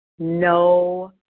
no